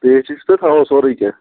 pastry تہِ تھاوَو سورُے کیٚنٛہہ